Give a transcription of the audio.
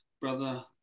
brother